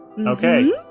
okay